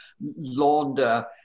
launder